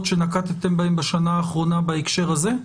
שנקטתם בהן בשנה האחרונה בהקשר הזה?